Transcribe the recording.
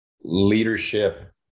leadership